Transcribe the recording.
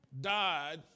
died